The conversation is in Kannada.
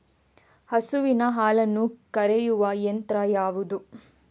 ಹಸುವಿನ ಹಾಲನ್ನು ಕರೆಯುವ ಯಂತ್ರ ಯಾವುದು?